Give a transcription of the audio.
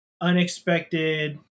unexpected